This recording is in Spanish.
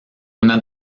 una